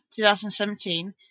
2017